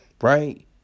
Right